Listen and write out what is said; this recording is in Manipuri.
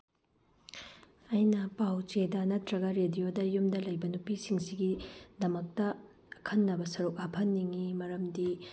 ꯑꯩꯅ ꯄꯥꯎ ꯆꯦꯗ ꯅꯠꯇ꯭ꯔꯒ ꯔꯦꯗꯤꯑꯣꯗ ꯌꯨꯝꯗ ꯂꯩꯕ ꯅꯨꯄꯤꯁꯤꯡꯁꯤꯒꯤꯗꯃꯛꯇ ꯑꯈꯟꯅꯕ ꯁꯔꯨꯛ ꯍꯥꯞꯍꯟꯅꯤꯡꯉꯤ ꯃꯔꯝꯗꯤ